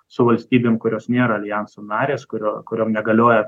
su valstybėm kurios nėra aljanso narės kurio kuriom negalioja